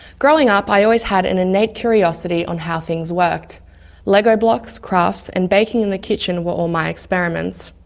growing up, i always had an innate curiosity on how things worked lego blocks, crafts and baking in the kitchen were all my experiments.